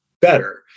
better